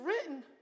written